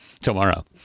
tomorrow